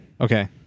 okay